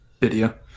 video